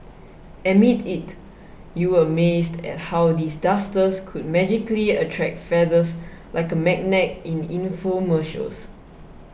admit it you were amazed at how these dusters could magically attract feathers like a magnet in the infomercials